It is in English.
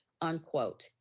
unquote